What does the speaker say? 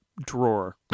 drawer